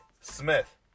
Smith